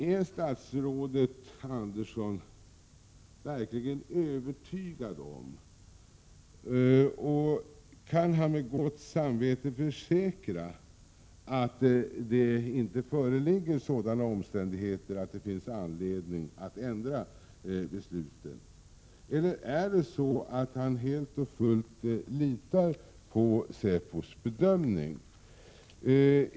Är statsrådet Andersson verkligen övertygad om, och kan han med gott samvete försäkra, att det inte föreligger sådana omständigheter att det finns anledning att ändra besluten? Eller är det i stället så att han helt och fullt litar på säpos bedömning?